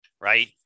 Right